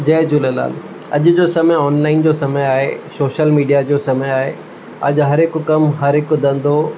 जय झूलेलाल अॼु जो समय ऑनलाइन जो समय आहे शोशल मिडिआ जो समय आहे अॼु हरेक कमु हरेक धंधो